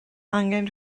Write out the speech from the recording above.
angen